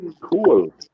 Cool